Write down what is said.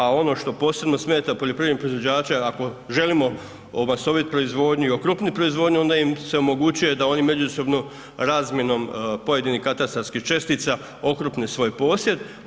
A ono što posebno smeta poljoprivredne proizvođače ako želimo omasovit proizvodnju i okrupnit proizvodnju onda im se omogućuje da oni međusobnom razmjenom pojedinih katastarskih čestica okrupne svoj posjed.